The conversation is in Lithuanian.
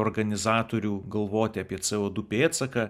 organizatorių galvoti apie co du pėdsaką